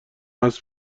هست